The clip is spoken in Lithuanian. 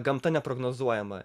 gamta neprognozuojama